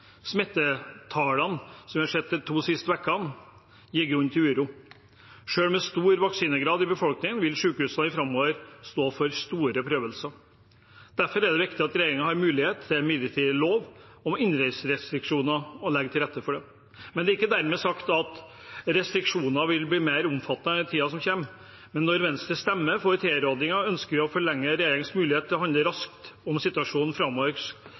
vi har sett de to siste ukene, gir grunn til uro. Selv med stor vaksinegrad i befolkningen vil sykehusene framover stå overfor store prøvelser. Derfor er det viktig at regjeringen har mulighet til en midlertidig lov om innreiserestriksjoner og legger til rette for det, men det er ikke dermed sagt at restriksjonene vil bli mer omfattende i tiden som kommer. Når Venstre stemmer for tilrådingen, ønsker vi å forlenge regjeringens mulighet til å handle raskt dersom situasjonen framover